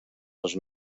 les